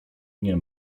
nie